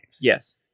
yes